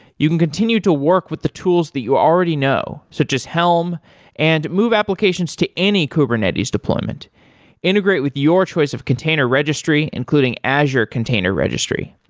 you can continue to work with the tools that you already know, so just helm and move applications to any kubernetes deployment integrate with your choice of container registry, including azure container registry.